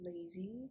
lazy